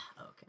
Okay